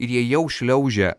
ir jie jau šliaužia